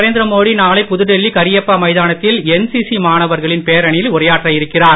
நரேந்திர மோடி நாளை புதுடெல்லி கரியப்பா மைதானத்தில் என்சிசி மாணவர்களின் பேரணியில் உரையாற்ற இருக்கிறார்